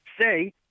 say